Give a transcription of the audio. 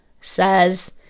says